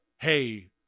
Hey